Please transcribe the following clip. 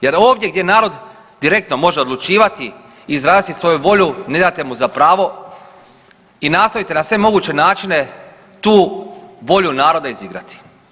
Jer ovdje gdje narod direktno može odlučivati, izraziti svoju volju ne date mu za pravo i nastojite na sve moguće načine tu volju naroda izigrati.